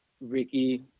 Ricky